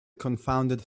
confounded